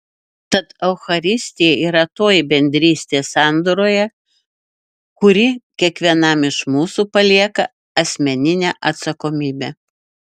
tad eucharistija yra toji bendrystė sandoroje kuri kiekvienam iš mūsų palieka asmeninę atsakomybę